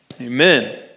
Amen